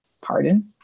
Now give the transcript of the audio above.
Pardon